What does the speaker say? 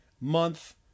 month